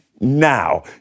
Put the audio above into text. now